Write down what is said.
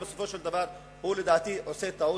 בסופו של דבר הוא לדעתי עושה טעות.